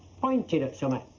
point it at so like